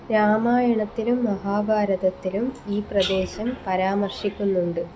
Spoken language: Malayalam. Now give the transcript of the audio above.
രാമായണത്തിലും മഹാഭാരതത്തിലും ഈ പ്രദേശം പരാമർശിക്കുന്നുണ്ട്